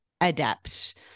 adapt